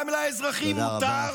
גם לאזרחים מותר,